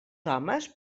homes